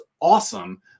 awesome